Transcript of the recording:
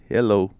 Hello